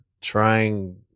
trying